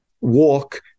walk